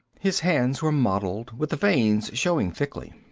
his hands were mottled with the veins showing thickly.